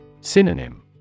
Synonym